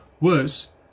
worse